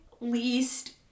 least